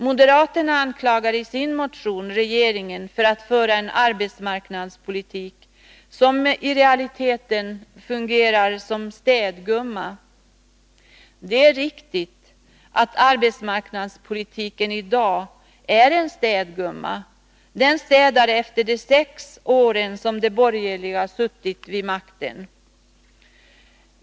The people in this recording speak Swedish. Moderaterna anklagar i sin motion regeringen för att föra en arbetsmarknadspolitik som i realiteten fungerar som ”städgumma”. Det är riktigt att arbetsmarknadspolitiken i dag är en ”städgumma”. Den städar efter de sex åren som de borgerliga suttit vid makten.